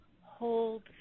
hold